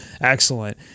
excellent